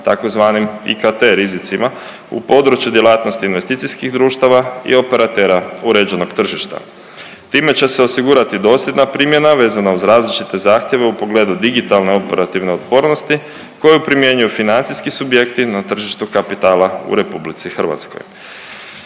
tzv. IKT rizicima u području djelatnosti investicijskih društava i operatera uređenog tržišta. Time će se osigurati dosljedna primjena vezana uz različite zahtjeve u pogledu digitalne operativne otpornosti koju primjenjuju financijski subjekti na tržištu kapitala u RH Također,